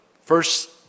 first